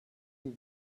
will